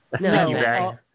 No